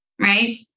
right